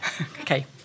Okay